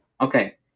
Okay